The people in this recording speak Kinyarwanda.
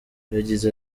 yagize